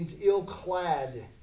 ill-clad